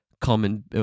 common